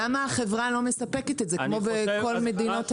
למה החברה לא מספקת את זה כמו בכל מדינות המערב?